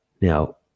now